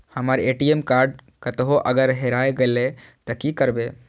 हमर ATM card कतहो अगर हेराय गले ते की करबे?